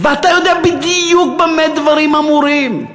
ואתה יודע בדיוק במה דברים אמורים.